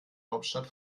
hauptstadt